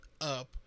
up